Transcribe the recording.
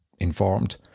informed